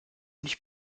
nicht